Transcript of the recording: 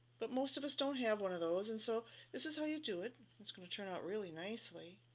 but most of us don't have one of those, and so this is how you do it. it's going to turn out really nicely.